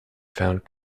found